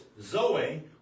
Zoe